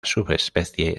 subespecie